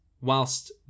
whilst